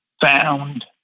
found